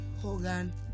hogan